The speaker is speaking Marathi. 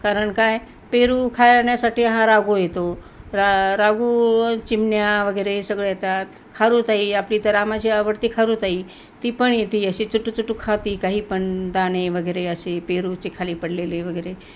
कारण काय पेरू खाण्यासाठी हा राघू येतो रा राघू चिमण्या वगैरे सगळं येतात खारुताई आपली तर रामाची आवडती खारुताई ती पण येते अशी चुटू चुटू खाते काही पण दाणे वगेरे असे पेरूचे खाली पडलेले वगैरे